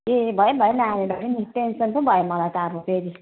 के भयो भयो नानीलाई पनि टेन्सन पो भयो मलाई त अब फेरि